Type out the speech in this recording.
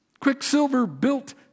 Quicksilver-built